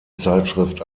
zeitschrift